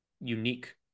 unique